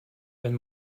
wenn